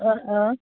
অঁ অঁ